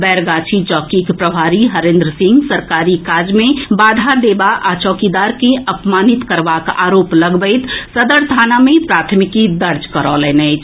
बैरगाछी चौकीक प्रभारी हरेन्द्र सिंह सरकारी काज मे बाधा देबा आ चौकीदार के अपमानित करबाक आरोप लगबैत सदर थाना मे प्राथमिकी दर्ज करौलनि अछि